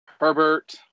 Herbert